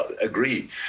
agree